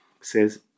says